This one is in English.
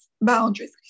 boundaries